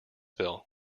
bill